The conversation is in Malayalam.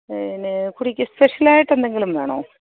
പിന്നെ സ്പെഷ്യൾ ആയിട്ട് എന്തെങ്കിലും വേണോ